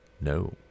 No